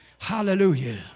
Hallelujah